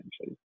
essentially